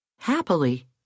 Happily